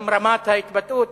גם רמת ההתבטאות,